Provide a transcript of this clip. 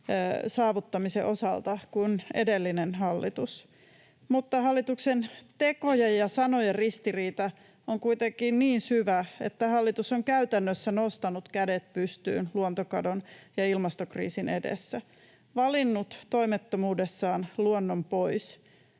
aikatauluihin kuin edellinen hallitus, mutta hallituksen tekojen ja sanojen ristiriita on kuitenkin niin syvä, että hallitus on käytännössä nostanut kädet pystyyn luontokadon ja ilmastokriisin edessä, valinnut toimettomuudessaan luonnon pois.